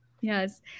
Yes